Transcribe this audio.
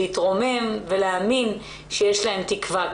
להתרומם ולהאמין שיש להן תקווה,